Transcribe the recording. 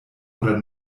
oder